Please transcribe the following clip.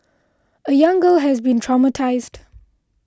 a young girl has been traumatised